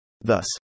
Thus